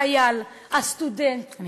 החיילת, החייל, הסטודנט, האימא.